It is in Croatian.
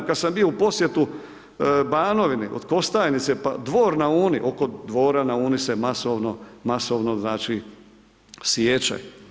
Kada sam bio u posjeti Banovini od Kostajnice, pa Dvor na Uni, oko Dvora na Uni se masovno siječe.